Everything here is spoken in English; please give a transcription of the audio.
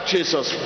Jesus